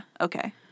okay